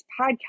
podcast